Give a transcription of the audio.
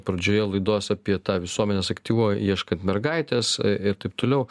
pradžioje laidos apie tą visuomenės aktyvuvą ieškant mergaitės ir taip toliau